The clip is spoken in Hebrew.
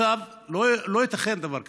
לא ייתכן דבר כזה.